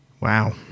Wow